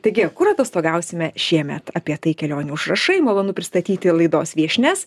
taigi kur atostogausime šiemet apie tai kelionių užrašai malonu pristatyti laidos viešnias